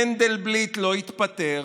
מנדלבליט לא התפטר.